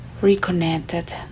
reconnected